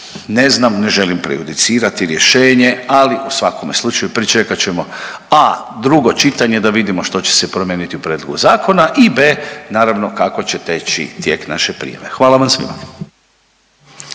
Ne znam, ne želim prejudicirati rješenje, ali u svakome slučaju pričekat ćemo a) drugo čitanje da vidimo što će se promijeniti u prijedlogu zakona i b) naravno kako će teći tijek naše prijave. Hvala vam svima.